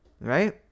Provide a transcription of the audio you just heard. Right